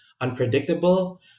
unpredictable